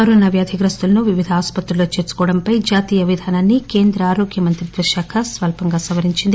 Covid వ్యాధి గ్రస్తులను వివిధ ఆసుపత్రిలో చేర్చుకోవడంపై జాతీయ విధానాన్ని ఆరోగ్య మంత్రిత్వ శాఖ స్వల్పంగా సవరించింది